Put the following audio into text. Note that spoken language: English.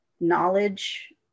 knowledge